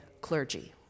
clergy